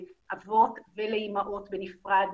לאבות ולאימהות בנפרד,